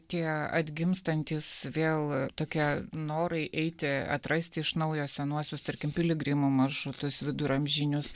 tie atgimstantys vėl tokia norai eiti atrasti iš naujo senuosius tarkim piligrimų maršrutus viduramžinius